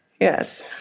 Yes